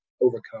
overcome